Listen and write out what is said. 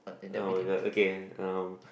oh my god okay um